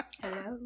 Hello